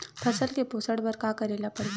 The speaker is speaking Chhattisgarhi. फसल के पोषण बर का करेला पढ़ही?